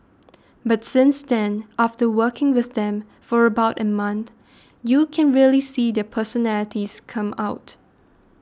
but since then after working with them for about a month you can really see their personalities come out